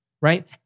right